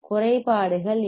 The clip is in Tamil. குறைபாடுகள் என்ன